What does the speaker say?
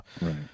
Right